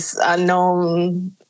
unknown